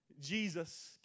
Jesus